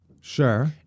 Sure